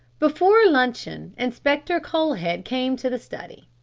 before luncheon inspector colhead came to the study.